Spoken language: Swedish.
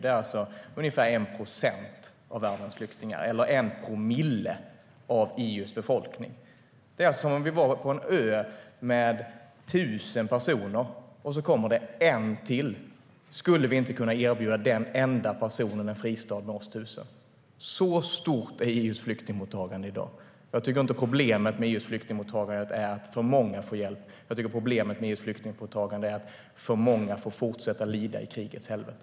Det är alltså ungefär 1 procent av världens flyktingar, eller en promille av EU:s befolkning. Det är som om vi var på en ö med 1 000 personer, och så kommer det en person till. Skulle vi inte kunna erbjuda den enda personen en fristad hos oss 1 000? Så stort är EU:s flyktingmottagande i dag. Jag tycker inte att problemet med EU:s flyktingmottagande är att för många får hjälp, utan jag tycker att problemet med EU:s flyktingmottagande är att för många får fortsätta lida i krigets helvete.